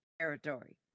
territory